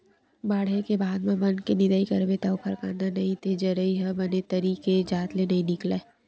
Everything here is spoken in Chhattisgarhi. बाड़हे के बाद म बन के निंदई करबे त ओखर कांदा नइ ते जरई ह बने तरी के जात ले नइ निकलय